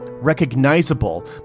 Recognizable